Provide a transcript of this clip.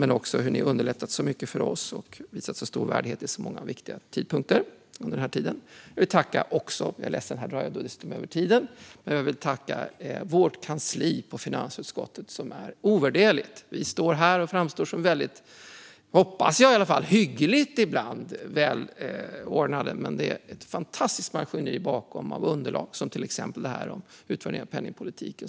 Ni har underlättat mycket för oss och visat stor värdighet vid många viktiga tidpunkter. Jag vill också tacka finansutskottets kansli, som är ovärderligt. Vi står här och framstår som, hoppas jag, hyggligt välordnade. Men det är ett fantastiskt maskineri som ligger bakom, till exempel i form av underlag från utvärderingen av penningpolitiken.